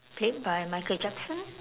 played by michael jackson